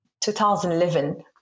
2011